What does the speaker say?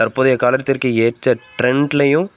தற்போதைய காலத்திற்கு ஏற்ற ட்ரெண்ட்லேயும்